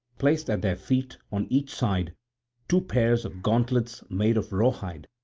placed at their feet on each side two pairs of gauntlets made of raw hide,